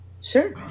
sure